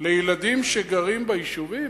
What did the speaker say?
לילדים שגרים ביישובים?